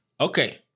Okay